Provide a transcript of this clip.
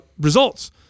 results